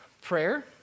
prayer